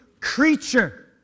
creature